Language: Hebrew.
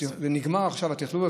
התכנון עכשיו נגמר,